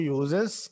uses